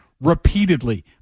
repeatedly